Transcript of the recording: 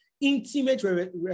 intimate